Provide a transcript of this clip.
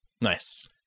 Nice